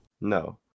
No